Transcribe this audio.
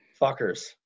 Fuckers